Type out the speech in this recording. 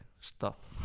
stop